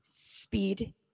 speed